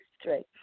straight